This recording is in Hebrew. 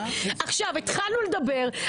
התחלנו לדבר,